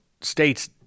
State's